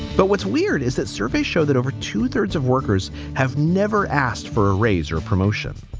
but what's weird is that surveys show that over two thirds of workers have never asked for a raise or promotion.